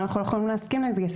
אנחנו לא יכולים להסכים לזה.